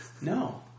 No